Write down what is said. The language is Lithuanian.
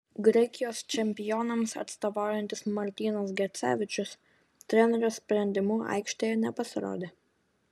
graikijos čempionams atstovaujantis martynas gecevičius trenerio sprendimu aikštėje nepasirodė